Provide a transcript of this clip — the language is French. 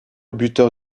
buteur